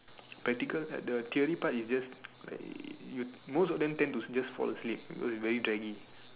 practical had the theory part is just like you most of them tend to just fall asleep because it's very draggy